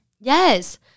yes